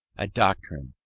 a doctrine,